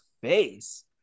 face